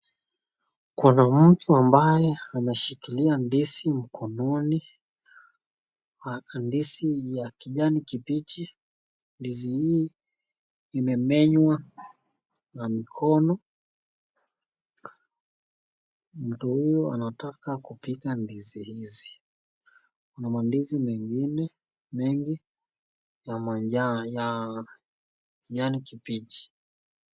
Kuna mtu ambaye anashikilia ndizi mkononi ana ndizi ya kijani kibichi , ndizi hii imemenywa na mikono . Mtu huyu anataka kupika ndizi hizi. Kuna mandizi mengine mengi na ya kijani kibichi.